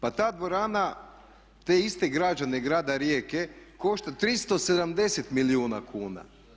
Pa ta dvorana, te iste građane grada Rijeke košta 370 milijuna kuna.